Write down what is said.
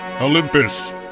Olympus